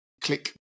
click